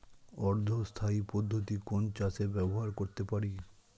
অর্ধ স্থায়ী পদ্ধতি কোন চাষে ব্যবহার করতে পারি?